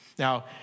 Now